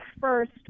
first